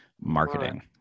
Marketing